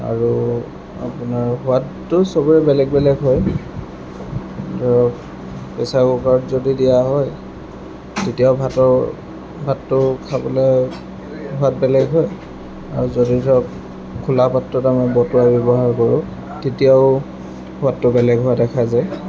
আৰু আপোনাৰ সোৱাদটো চবৰে বেলেগ বেলেগ হয় ধৰক প্ৰেছাৰ কুকাৰত যদি দিয়া হয় তেতিয়াও ভাতৰ ভাতটো খাবলৈ সোৱাদ বেলেগ হয় আৰু যদি ধৰক খোলা পাত্ৰত আমি বতোৱা ব্যৱহাৰ কৰোঁ তেতিয়াও সোৱাদটো বেলেগ হোৱা দেখা যায়